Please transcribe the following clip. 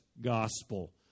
gospel